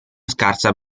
scarsa